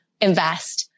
invest